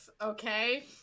okay